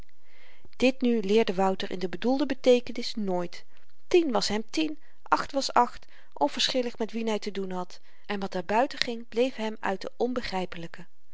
dit nu leerde wouter in de bedoelde beteekenis nooit tien was hem tien acht was acht onverschillig met wien hy te doen had en wat daarbuiten ging bleef hem uit den